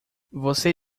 você